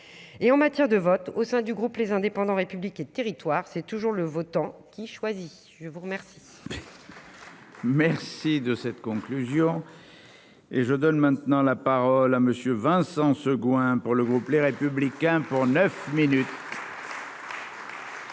et en matière de vote au sein du groupe, les indépendants, République et Territoires, c'est toujours le votants qui choisit, je vous remercie. Merci. Merci de cette conclusion et je donne maintenant la parole à Monsieur Vincent ce goût pour le groupe Les Républicains pour 9 minutes.